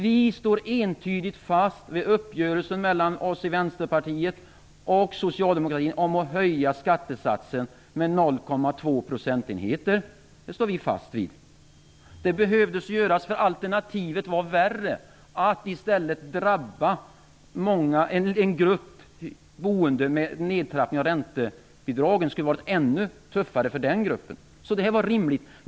Vi står entydigt fast, Göran Persson, vid uppgörelsen mellan Vänsterpartiet och Socialdemokraterna om att höja skattesatsen med 0,2 procentenheter. Det står vi fast vid. Det behövde göras eftersom alternativet var värre: att i stället drabba en grupp boende med en nedtrappning av räntebidragen. Det skulle ha varit ännu tuffare för den gruppen, så det här var rimligt.